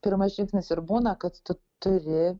pirmas žingsnis ir būna kad tu turi